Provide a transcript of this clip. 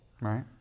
Right